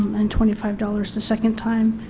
um and twenty five dollars the second time.